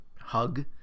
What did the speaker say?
hug